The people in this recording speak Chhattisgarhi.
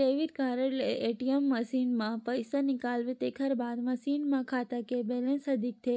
डेबिट कारड ले ए.टी.एम मसीन म पइसा निकालबे तेखर बाद मसीन म खाता के बेलेंस ह दिखथे